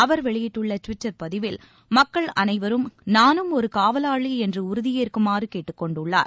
அவர் வெளியிட்டுள்ள ட்விட்டர் பதிவில் மக்கள் அளைவரும் நானும் ஒரு காவலாளி என்று உறுதியேற்குமாறு கேட்டுக் கொண்டுள்ளார்